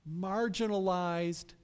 marginalized